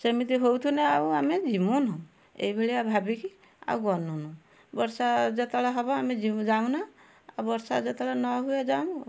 ସେମିତି ହଉଥିନେ ଆଉ ଆମେ ଜିମୁନୁ ଏଇ ଭଳିଆ ଭାବିକି ଆଉ ଗନୁନୁ ବର୍ଷା ଯେତେବେଳେ ହବ ଆମେ ଯିବୁ ଆମେ ଯାଉନା ବର୍ଷା ଯେତେବେଳେ ନହୁଏ ଯାଉଁ